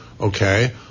Okay